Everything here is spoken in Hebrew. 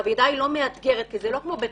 והעבודה היא לא מאתגרת כי זה לא כמו בית